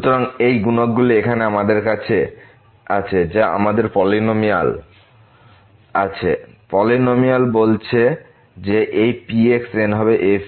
সুতরাং এই গুণকগুলি এখন আমাদের কাছে আছে যা আমাদের পলিনমিয়াল আছে পলিনমিয়াল বলছে যে এই Pn হবে f